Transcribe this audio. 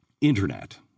internet